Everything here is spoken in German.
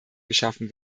geschaffen